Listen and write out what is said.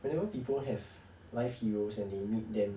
whenever people have life heroes and they meet them